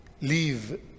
leave